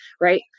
right